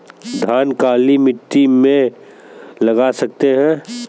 धान काली मिट्टी में लगा सकते हैं?